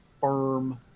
firm